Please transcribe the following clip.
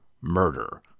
murder